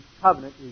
covenant